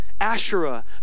Asherah